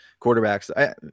quarterbacks